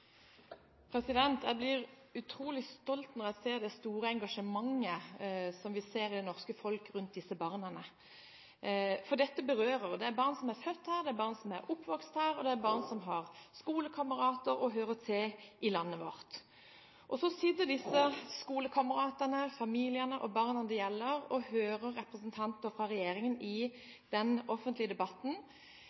Jeg blir utrolig stolt når jeg ser det store engasjementet i det norske folk rundt disse barna. Dette berører, for dette er barn som er født her, det er barn som er oppvokst her, og det er barn som har skolekamerater her og hører til i landet vårt. Så sitter disse skolekameratene, familiene og barna det gjelder, og hører representanter fra regjeringen si i den offentlige debatten